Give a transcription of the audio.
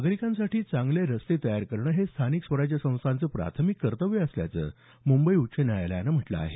नागरिकांसाठी चांगले रस्ते तयार करणं हे स्थानिक स्वराज्य संस्थांचं प्राथमिक कर्तव्य असल्याचं मुंबई उच्च न्यायालयानं म्हटलं आहे